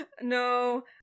No